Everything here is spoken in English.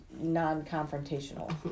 non-confrontational